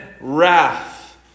wrath